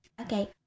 okay